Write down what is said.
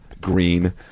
green